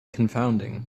confounding